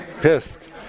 pissed